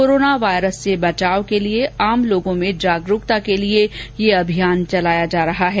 corona virus से बचाव के लिए जनता में जागरूकता के लिए यह अभियान चलाया जा रहा है